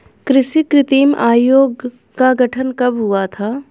कृषि कीमत आयोग का गठन कब हुआ था?